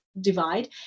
divide